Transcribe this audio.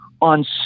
on